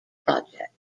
project